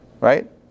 right